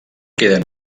queden